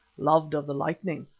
loved of the lightning.